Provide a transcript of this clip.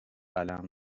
قلم